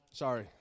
Sorry